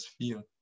feel